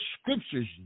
scriptures